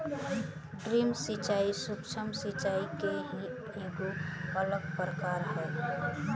drip सिंचाई, सूक्ष्म सिचाई के ही एगो अलग प्रकार ह